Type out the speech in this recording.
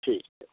ठीक छै